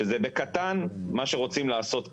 שזה בקטן מה שרוצים לעשות כאן.